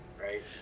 right